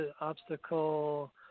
obstacle